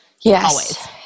Yes